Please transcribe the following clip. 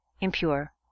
impure